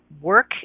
work